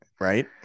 Right